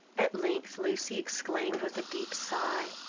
at length lucy exclaimed with a deep sigh,